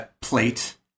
plate